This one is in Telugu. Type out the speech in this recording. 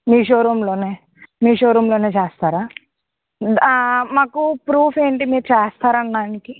మీ షోరూంలోనె మీ షోరూంలోనే చేస్తారా మాకు ప్రూఫ్ ఏంటి మీరు చేస్తారనడానికి